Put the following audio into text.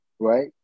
right